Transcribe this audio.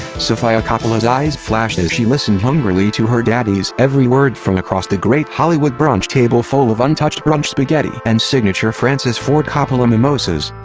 sofia coppola's eyes flashed as she listened hungrily to her daddy's every word from across the great hollywood brunch table full of untouched brunch spaghetti and signature francis ford coppola mimosas.